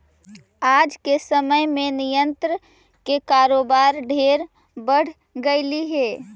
आज के समय में निर्यात के कारोबार ढेर बढ़ गेलई हे